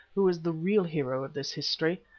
who is the real hero of this history,